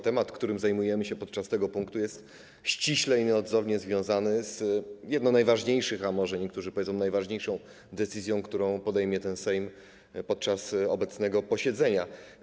Temat, którym zajmujemy się w ramach tego punktu, jest ściśle i nieodzownie związany z jedną z najważniejszych decyzji, a może niektórzy powiedzą, że z najważniejszą decyzją, którą podejmie ten Sejm podczas obecnego posiedzenia.